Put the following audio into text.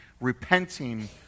repenting